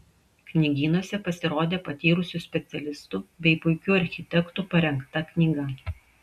knygynuose pasirodė patyrusių specialistų bei puikių architektų parengta knyga